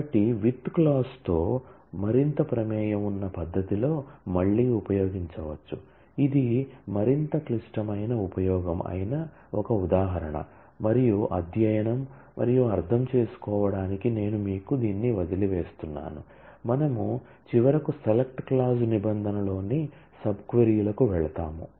కాబట్టి with clause లోని subquery లకు వెళ్తాము